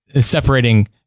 separating